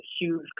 huge